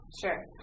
Sure